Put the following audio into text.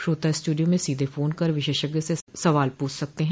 श्रोता स्टूडियो में सीधे फोन कर विशेषज्ञ से सवाल प्रछ सकते हैं